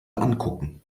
angucken